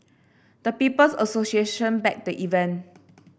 the People's Association backed the event